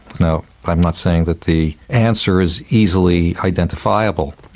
now, i'm not saying that the answer is easily identifiable,